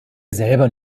selber